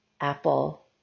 apple